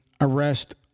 arrest